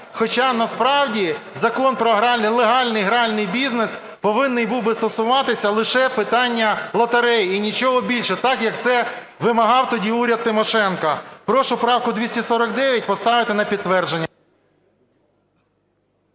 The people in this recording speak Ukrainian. Хоча насправді Закон про легальний гральний бізнес повинен був би стосуватися лише питання лотереї і нічого більше, так як це вимагав тоді уряд Тимошенко. Прошу правку 249 поставити на підтвердження.